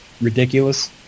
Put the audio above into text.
ridiculous